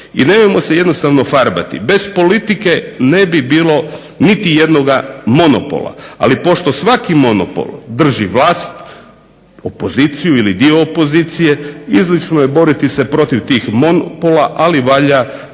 I nemojmo se jednostavno farbati, bez politike ne bi bilo niti jednog monopola. Ali pošto svaki monopol drži vlast, opoziciju ili dio opozicije izlično je boriti se protiv tih monopola ali valja